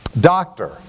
doctor